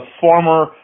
former